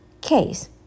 case